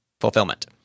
fulfillment